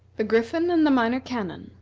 the griffin and the minor canon.